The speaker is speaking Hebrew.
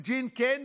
פרופ' יוג'ין קנדל,